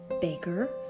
baker